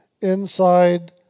inside